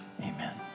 Amen